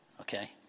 okay